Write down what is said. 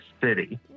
city